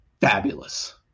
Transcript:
fabulous